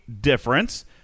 difference